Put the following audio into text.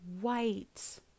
white